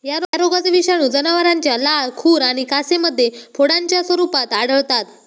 या रोगाचे विषाणू जनावरांच्या लाळ, खुर आणि कासेमध्ये फोडांच्या स्वरूपात आढळतात